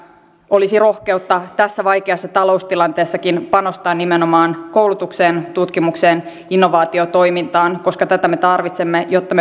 työ ja elinkeinojaosto edustaa edellisen pääluokan vastaista hyvin aineellista pääluokkaa jossa tietysti asiat ovat hyvin läheisiä